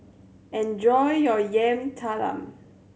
enjoy your Yam Talam